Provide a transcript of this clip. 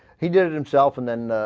he did did himself and then ah.